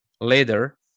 later